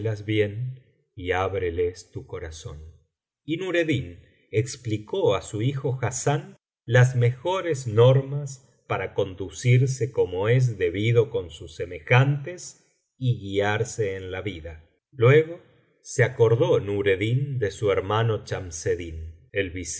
y ábreles tu corazón y nureddin explicó á su hijo hassán las mejores normas para conducirse como es debido con sus semejantes y guiarse en la vida luego se acordó nureddin de su hermano